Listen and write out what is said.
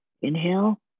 inhale